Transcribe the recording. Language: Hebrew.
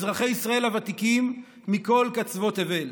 אזרחי ישראל הוותיקים מכל קצוות תבל: